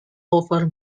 over